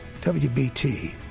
WBT